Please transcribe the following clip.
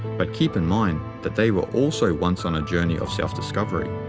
but keep in mind that they were also once on a journey of self-discovery.